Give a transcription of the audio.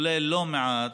שתולה לא מעט